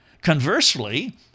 Conversely